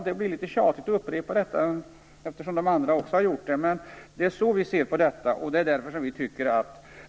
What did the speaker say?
Det blir litet tjatigt att upprepa detta eftersom andra också har talat om det, men det är så vi ser det.